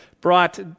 brought